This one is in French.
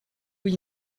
haut